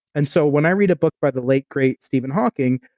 and so when i read a book by the late great stephen hawking,